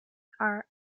are